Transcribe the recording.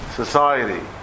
society